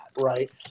right